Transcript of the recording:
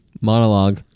monologue